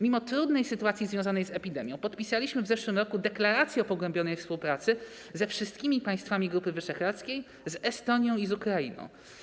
Mimo trudnej sytuacji związanej z epidemią podpisaliśmy w zeszłym roku deklarację o pogłębionej współpracy ze wszystkimi państwami Grupy Wyszehradzkiej, z Estonią i z Ukrainą.